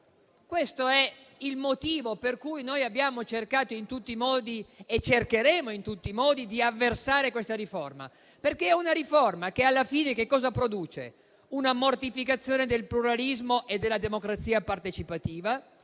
Questo è il motivo per cui abbiamo cercato e cercheremo in tutti i modi di avversare questa riforma. È una riforma che alla fine produce una mortificazione del pluralismo e della democrazia partecipativa,